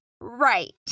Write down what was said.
Right